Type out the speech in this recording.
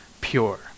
pure